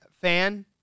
fan